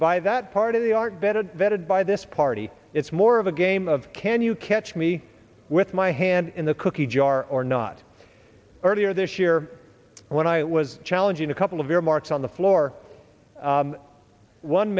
by that part of the art vetted vetted by this party it's more of a game of can you catch me with my hand in the cookie jar or not earlier this year when i was challenging a couple of earmarks on the floor